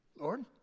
Lord